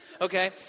okay